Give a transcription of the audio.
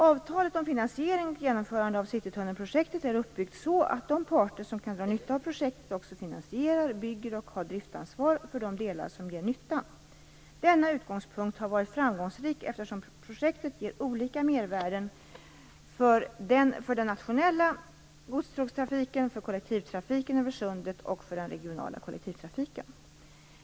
Avtalet om finansiering och genomförande av citytunnelprojektet är uppbyggt så att de parter som kan dra nytta av projektet också finansierar, bygger och har driftsansvar för de delar som ger nyttan. Denna utgångspunkt har varit framgångsrik eftersom projektet ger olika mervärden, för den nationella godstågstrafiken, för kollektivtrafiken över sundet och för den regionala kollektivtrafiken.